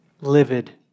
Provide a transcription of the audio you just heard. livid